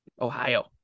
Ohio